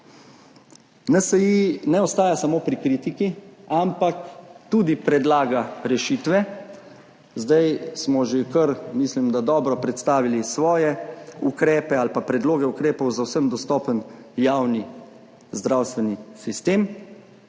NSi ne ostaja samo pri kritiki, ampak tudi predlaga rešitve. Mislim, da smo zdaj že kar dobro predstavili svoje ukrepe ali pa predloge ukrepov za vsem dostopen javni zdravstveni sistem,